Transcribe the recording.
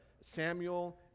Samuel